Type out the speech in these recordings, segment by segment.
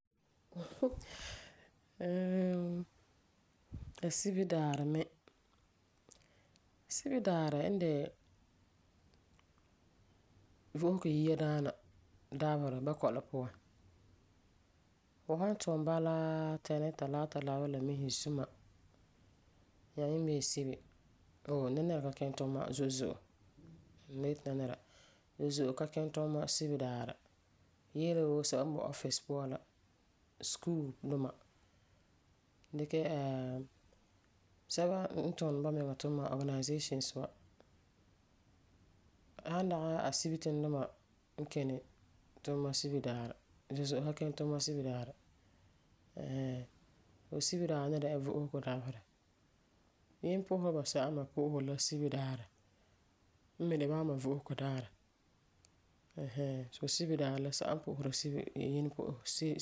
Asibidaarɛ me. Asibidaarɛ n de vo'osego yiadaana dabeserɛ bakɔi la puan. Fu san tum balaam Tɛni, Talaata, Laareba, Lamisi Zuma nyaa yiimbeere Sibi. Ooh, Nɛnɛra ka kini tuuma zo'e zo'e. Ma yeti nɛnɛra, zo'e zo'e ka kini tuuma Sibidaaɛrɛ. Yele yele wuu sɛba n boi Ɔfisi puan la. Sukuu duma dikɛ sɛba n tuni bamɛŋa tuuma, ɔganezasin wa. San dagi asibetin duma n kini tuuma Asibidaarɛ, zo'e zo'e ka kini tuuma Sibidaaɛrɛ ɛɛn hɛɛn. Asibidaarɛ ni dɛna la vo'osego daarɛ. Yi' pu'useba basɛba me pu'usere la Sibidaaɛrɛ n me de bama me vo'osego daarɛ. Soo Sibidaaɛrɛ la, sɛba pu'useri yimpu'usegɔ Sibi, sibi sɛba n pu'useri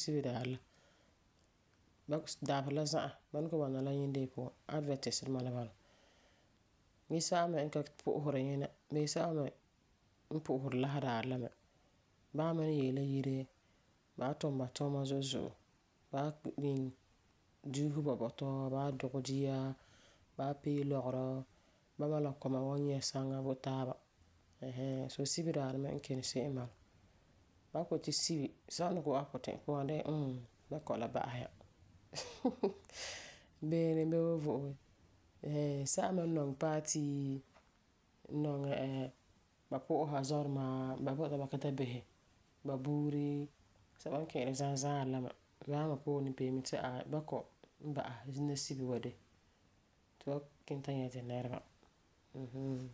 Sibidaaɛrɛ la dabeserɛ la za'a bama kɔ'ɔm bɔna la Yindeon puan, Adventists duma la n bala. Gee sɛba me n ka pu'useri Yinɛ bee sɛba n pu'useri Laseredaarɛ me, bama me ni yee la yire, ba wan tum ba tuuma zo'e zo'e. Ba wan iŋɛ, duuse ba bɔtɔ, ba wan dugɛ dia, ba wan pee lɔgerɔ, bama la ba kɔma wan nyɛ saŋa bo taaba ɛɛn hɛɛn. Soo Sibidaaɛrɛ me n kini se'em n bala. Ba san kɔ'ɔm yeti Sini, sɛla n ni wa'am fu puti'irɛ puan na de la mmm, bakɔi la ba'asɛ ya. Beere n be'e wan vo'ose. Ɛɛn, sɛba me n nɔŋɛ pa'ati, nɔŋɛ ba pu'usa zɔduma, ba bɔta ba kiŋɛ ta bisɛ ba buuri, sɛba n ki'iri zaɛ zaarɛ la me, bama ba puurɛ ni pee mɛ ti aai, bakɔi n ba'asɛ zina Sibi wa de, tu wan kiŋɛ ta bisɛ tu nɛreba. Mm hmm.